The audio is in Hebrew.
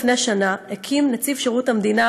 לפני שנה הקים נציב שירות המדינה,